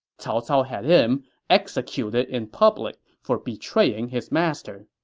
cao cao had him executed in public for betraying his master.